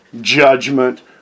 judgment